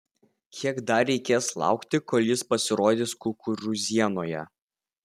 kiek dar reikės laukti kol jis pasirodys kukurūzienoje